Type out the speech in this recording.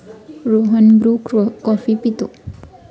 Rohan Bru coffee पितो